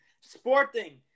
Sporting